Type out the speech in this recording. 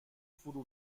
فرو